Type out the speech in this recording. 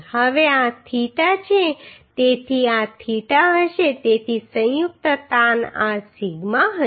હવે આ થીટા છે તેથી આ થીટા હશે તેથી સંયુક્ત તાણ આ સિગ્મા હશે